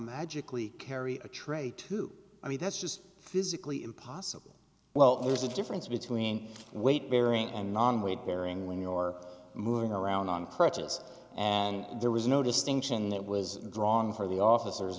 magically carry a tray to i mean that's just physically impossible well there's a difference between weight bearing and non weight bearing when you are moving around on crutches and there was no distinction that was wrong for the officers